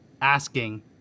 asking